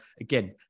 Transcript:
again